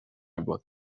بود